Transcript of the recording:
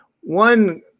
One